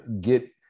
get